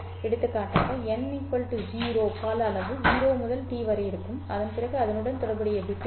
எடுத்துக்காட்டாக n 0 கால அளவு 0 முதல் T வரை இருக்கும் அதன்பிறகு அதனுடன் தொடர்புடைய பிட் இருக்கும்